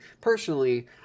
personally